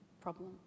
problem